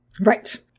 Right